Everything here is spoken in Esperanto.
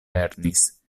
lernis